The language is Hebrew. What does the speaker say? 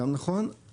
גם נכון,